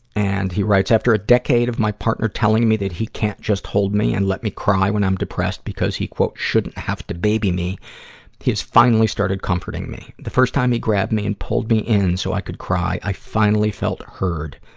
and he writes, after a decade of my partner telling me that he just can't hold me and let me cry when i'm depressed because he shouldn't have to baby me he has finally started comforting me. the first time he grabbed me and pulled me in so i could cry, i finally felt heard,